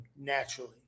naturally